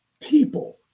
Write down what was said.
people